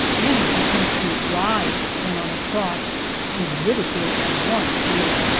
any attempt to rise when on a trot is ridiculed at once here,